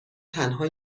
تنها